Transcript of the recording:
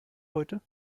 heute